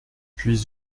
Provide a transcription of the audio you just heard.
puis